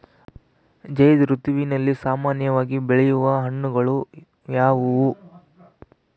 ಝೈಧ್ ಋತುವಿನಲ್ಲಿ ಸಾಮಾನ್ಯವಾಗಿ ಬೆಳೆಯುವ ಹಣ್ಣುಗಳು ಯಾವುವು?